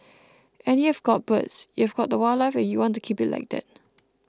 and you've got birds you've got the wildlife and you want to keep it like that